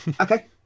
Okay